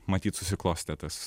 matyt susiklostė tas